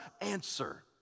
answer